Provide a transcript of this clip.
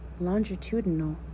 Longitudinal